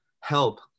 help